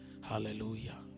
Hallelujah